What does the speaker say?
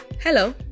Hello